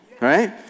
right